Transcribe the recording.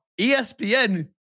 ESPN